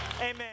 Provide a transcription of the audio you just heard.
Amen